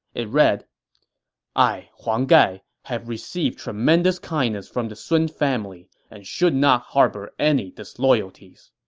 it read i, huang gai, have received tremendous kindness from the sun family and should not harbor any disloyalties.